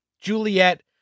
Juliet